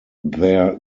their